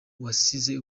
wasize